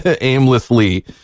aimlessly